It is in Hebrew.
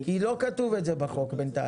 כי לא כתוב את זה בחוק בינתיים.